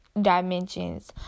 dimensions